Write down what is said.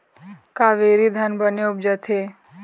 कावेरी धान बने उपजथे?